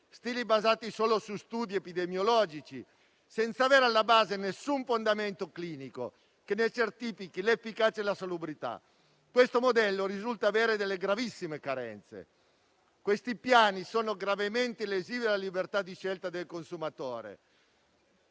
basati solo su studi epidemiologici, senza avere alla base nessun fondamento clinico che ne certifichi l'efficacia e la salubrità. Questo modello risulta avere delle gravissime carenze. Questi piani sono gravemente lesivi della libertà di scelta del consumatore,